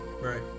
Right